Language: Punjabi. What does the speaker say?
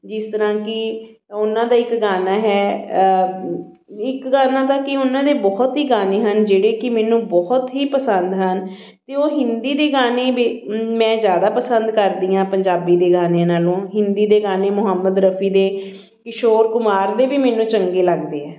ਜਿਸ ਤਰ੍ਹਾਂ ਕਿ ਉਹਨਾਂ ਦਾ ਇੱਕ ਗਾਣਾ ਹੈ ਇੱਕ ਗਾਣਾ ਤਾਂ ਕੀ ਉਹਨਾਂ ਦੇ ਬਹੁਤ ਹੀ ਗਾਣੇ ਹਨ ਜਿਹੜੇ ਕਿ ਮੈਨੂੰ ਬਹੁਤ ਹੀ ਪਸੰਦ ਹਨ ਅਤੇ ਉਹ ਹਿੰਦੀ ਦੇ ਗਾਣੇ ਵੀ ਮੈਂ ਜ਼ਿਆਦਾ ਪਸੰਦ ਕਰਦੀ ਹਾਂ ਪੰਜਾਬੀ ਦੇ ਗਾਣਿਆਂ ਨਾਲੋਂ ਹਿੰਦੀ ਦੇ ਗਾਣੇ ਮੁਹੰਮਦ ਰਫੀ ਦੇ ਕਿਸ਼ੋਰ ਕੁਮਾਰ ਦੇ ਵੀ ਮੈਨੂੰ ਚੰਗੇ ਲੱਗਦੇ ਹੈ